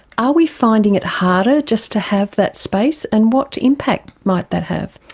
are we finding it harder just to have that space, and what impact might that have?